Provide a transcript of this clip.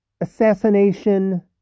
assassination